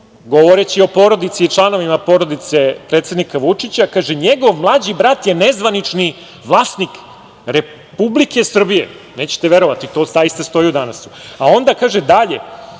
govoreći o porodici i članovima porodice predsednika Vučića, kaže: „Njegov mlađi brat je nezvanični vlasnik Republike Srbije“. Nećete verovati, to zaista stoji u „Danas“. Onda kaže dalje: